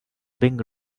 being